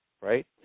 right